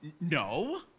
No